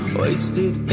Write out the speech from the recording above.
wasted